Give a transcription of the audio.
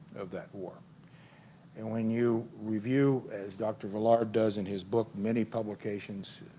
of that war and when you review as dr. villard does in his book many publications